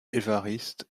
évariste